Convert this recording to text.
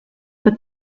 but